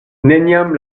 neniam